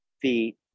feet